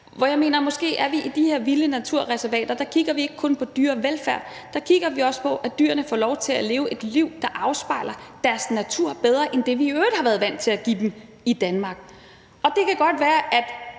hvor jeg mener, at vi i de her vilde naturreservater måske ikke kun kigger på dyrevelfærd, men også på, at dyrene får lov til at leve et liv, der afspejler deres natur bedre, end hvad vi i øvrigt har været vant til at give dem i Danmark. Det kan godt være, at